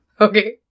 Okay